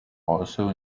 also